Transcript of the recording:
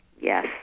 Yes